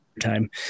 time